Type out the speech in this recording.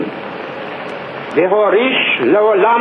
נשכח, הופתענו